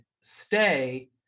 stay